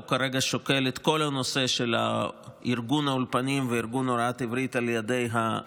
הוא כרגע שוקל את כל הנושא של ארגון האולפנים וארגון הוראת עברית לעולים